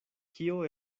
kio